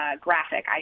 graphic